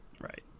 right